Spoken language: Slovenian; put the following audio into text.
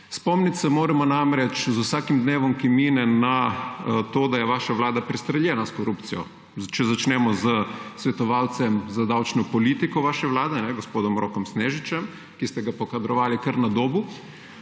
Spomniti se moramo namreč z vsakim dnevom, ki mine, na to, da je vaša vlada prestreljena s korupcijo. Če začnemo s svetovalcem za davčno politike vaše vlade, gospodom Rokom Snežičem, ki ste ga pokadrovali kar na Dobu,